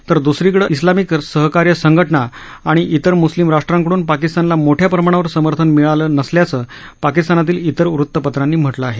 तर द्सरीकडे इस्लामिक सहकार्य संघ ना आणि इतर मुस्लिम राष्ट्रांकडून पाकिस्तानला मोठ्या प्रमाणावर समर्थन मिळालं नसल्याचं पाकिस्तानातील इतर वृतपत्रांनी म्ह लं आहे